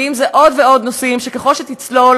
ואם זה עוד ועוד נושאים שככל שתצלול,